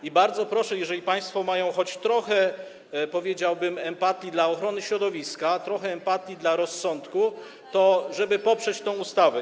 I bardzo proszę, jeśli państwo mają choć trochę, powiedziałbym, empatii dla ochrony środowiska, trochę empatii dla rozsądku, żeby poprzeć tę ustawę.